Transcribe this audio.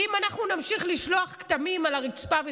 ואם אנחנו נמשיך לשלוח כתמים על הרצפה,